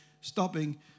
stopping